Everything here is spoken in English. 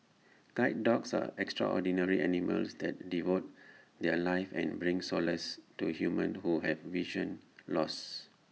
guide dogs are extraordinary animals that devote their lives and bring solace to humans who have vision loss